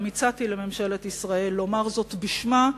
גם הצעתי לממשלת ישראל לומר זאת בשמה,